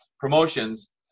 promotions